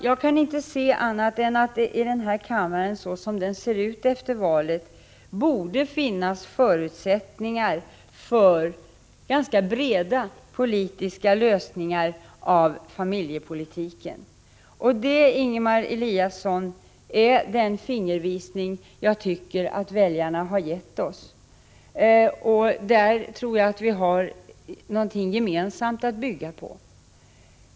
Jag kan inte se annat än att det i den här kammaren, så som den ser ut efter valet, borde finnas förutsättningar för att uppnå ganska breda politiska lösningar inom familjepolitiken. Det är, Ingemar Eliasson, den fingervisning jag tycker att väljarna har gett oss. Där tror jag att vi har någonting gemensamt att bygga på.